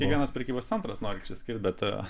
kiekvienas prekybos centras nori išsiskirt bet